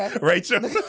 Rachel